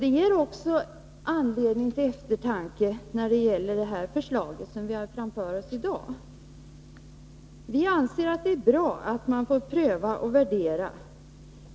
Detta ger också anledning till eftertanke när det gäller det förslag som vi har framför oss i dag. Vi anser att det är bra att man får pröva och värdera.